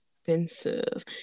expensive